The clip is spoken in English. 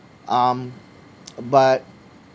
um but